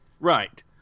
Right